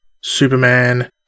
Superman